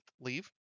leave